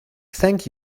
thank